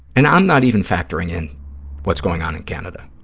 and i'm not even factoring in what's going on in canada.